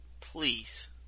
Please